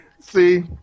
See